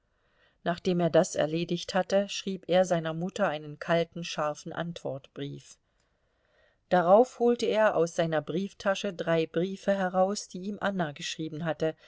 nachdem er das erledigt hatte schrieb er seiner mutter einen kalten scharfen antwortbrief darauf holte er aus seiner brieftasche drei briefe heraus die ihm anna geschrieben hatte